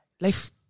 life